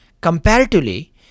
Comparatively